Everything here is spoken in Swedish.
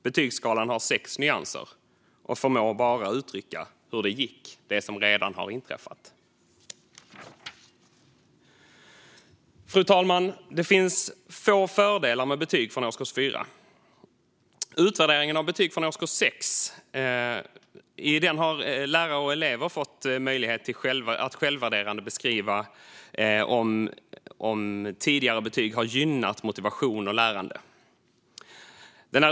Betygsskalan har sex nyanser och förmår bara uttrycka hur det gick, alltså det som redan har inträffat. Fru talman! Det finns få fördelar med betyg från årskurs 4. Vid utvärderingen av betyg från årskurs 6 har lärare och elever fått möjlighet att självvärderande beskriva om tidiga betyg har gynnat motivationen och lärandet.